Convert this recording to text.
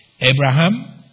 Abraham